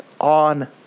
on